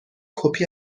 کپی